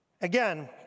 Again